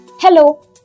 Hello